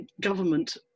government